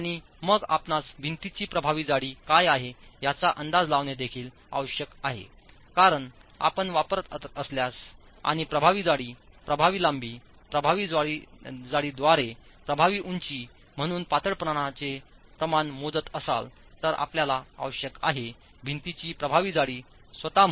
आणि मग आपणास भिंतीची प्रभावी जाडी काय आहे याचा अंदाज लावणे देखील आवश्यक आहे कारण आपण वापरत असल्यास आणि प्रभावी जाडी प्रभावी लांबी प्रभावी जाडी द्वारे प्रभावी उंची म्हणून पातळपणाचे प्रमाण मोजत असाल तर आपल्याला आवश्यक आहे भिंतीची प्रभावी जाडी स्वतः